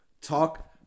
talk